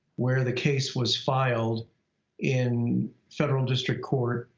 where the case was filed in federal district court.